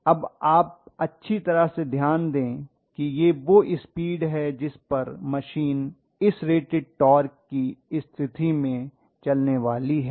अब आप अच्छी तरह से ध्यान दें कि यह वह स्पीड है जिस पर मशीन इस रेटेड टॉर्क की स्थिति में चलने वाली है